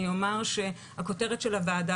אני אומר שהכותרת של הוועדה,